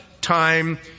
time